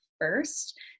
first